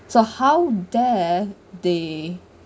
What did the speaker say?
so how dare they